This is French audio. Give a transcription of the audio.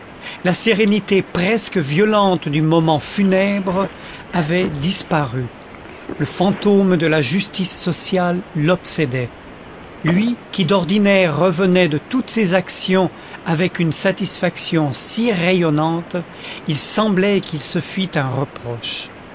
la sérénité presque violente du moment funèbre avait disparu le fantôme de la justice sociale l'obsédait lui qui d'ordinaire revenait de toutes ses actions avec une satisfaction si rayonnante il semblait qu'il se fît un reproche